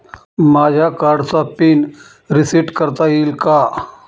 माझ्या कार्डचा pin reset करता येईल का?